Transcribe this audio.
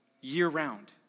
year-round